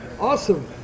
Awesome